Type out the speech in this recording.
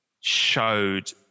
showed